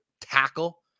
tackle